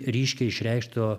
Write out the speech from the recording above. ryškiai išreikšto